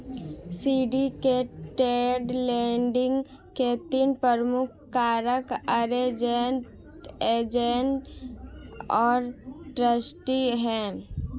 syndicated lending के तीन प्रमुख कारक अरेंज्ड, एजेंट और ट्रस्टी हैं